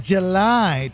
July